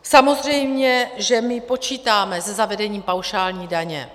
Samozřejmě že my počítáme se zavedením paušální daně.